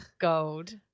gold